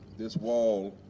this wall,